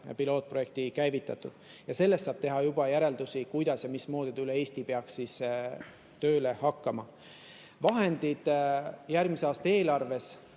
pilootprojekti käivitatud. Ja sellest saab teha juba järeldusi, kuidas, mismoodi see peaks üle Eesti tööle hakkama. Vahendid on järgmise aasta eelarves